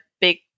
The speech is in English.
big